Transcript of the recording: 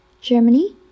Germany